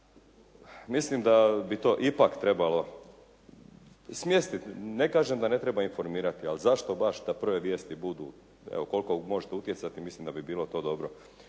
Mislim da bi to ipak trebalo smjestiti, ne kažem da da ne treba informirati ali zašto baš da prve vijesti budu. Evo koliko možete utjecati mislim da bi bilo to dobro.